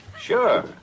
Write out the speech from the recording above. Sure